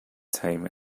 time